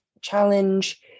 challenge